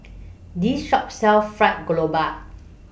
This Shop sells Fried Garoupa